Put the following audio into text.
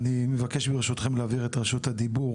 אני מבקש ברשותכם להעביר את רשות הדיבור